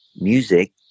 music